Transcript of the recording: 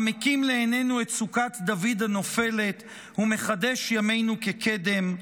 המקים לעינינו את סוכת דוד הנופלת ומחדש ימינו כקדם.